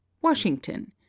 Washington